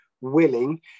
willing